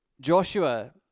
Joshua